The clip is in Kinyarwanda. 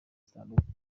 zitandukanye